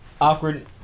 awkward